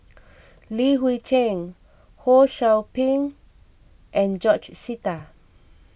Li Hui Cheng Ho Sou Ping and George Sita